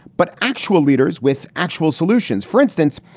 but actual leaders with actual solutions. for instance,